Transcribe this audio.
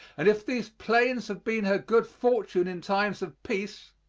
and if these plains have been her good fortune in times of peace,